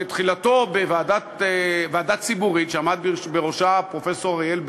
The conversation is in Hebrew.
שתחילתו בוועדה ציבורית שעמד בראשה פרופסור אריאל בנדור,